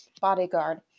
bodyguard